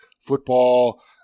football